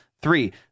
three